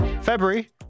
February